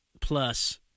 Plus